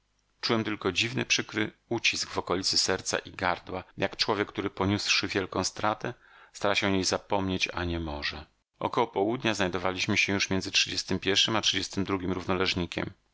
czułem tylko dziwny przykry ucisk w okolicy serca i gardła jak człowiek który poniósłszy wielką stratę stara się o niej zapomnieć a nie może około południa znajdowaliśmy się już między a